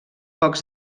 pocs